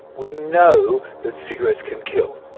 we know that cigarettes can kill.